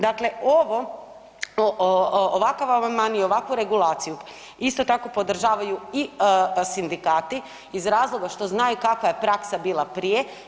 Dakle, ovo, ovakav amandman i ovakvu regulaciju isto tako podržavaju i sindikati iz razloga što znaju kakva je praksa bila prije.